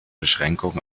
beschränkung